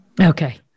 Okay